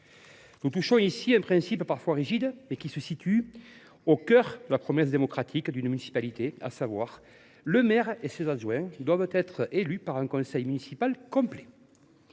Nous touchons ici à un principe qui est parfois rigide, mais qui se situe au cœur de la promesse démocratique d’une municipalité : le maire et ses adjoints doivent être élus par un conseil municipal complet.